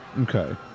Okay